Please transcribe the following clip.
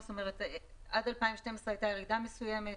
עד 2012 הייתה ירידה מסוימת,